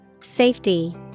Safety